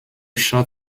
short